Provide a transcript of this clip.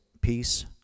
peace